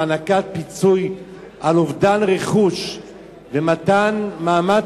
של הענקת פיצוי על אובדן רכוש ומתן מעמד